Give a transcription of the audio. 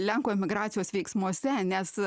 lenkų emigracijos veiksmuose nes